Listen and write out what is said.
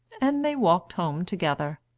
and they walked home together.